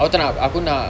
aku tak nak aku nak